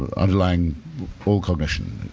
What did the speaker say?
ah underlying full cognition.